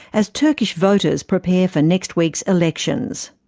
as turkish voters prepare for next week's elections.